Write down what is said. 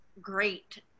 great